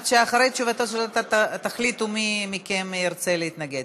אחרי תשובתו של סגן השר תחליטו מי מכם ירצה להתנגד.